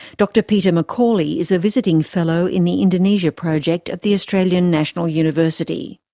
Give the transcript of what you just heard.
dr peter mccawley is a visiting fellow in the indonesia project at the australian national university.